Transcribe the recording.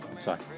Sorry